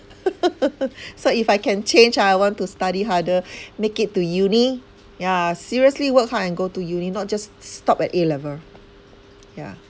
so if I can change ah I want to study harder make it to uni ya seriously work hard and go to uni not just stop at A-level yeah